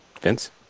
Vince